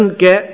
get